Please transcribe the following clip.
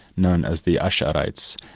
known as the ash'arites.